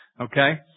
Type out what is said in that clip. okay